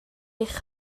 eich